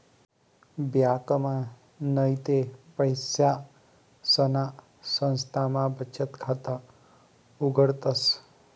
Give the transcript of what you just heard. ब्यांकमा नैते पैसासना संस्थामा बचत खाता उघाडतस